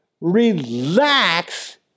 Relax